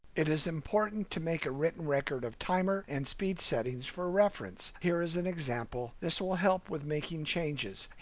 it is important to make a written record of timer and speed settings for reference. here is an example. this will help with making changes.